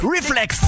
Reflex